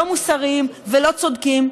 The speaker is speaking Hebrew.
לא מוסריים ולא צודקים,